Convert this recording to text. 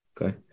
Okay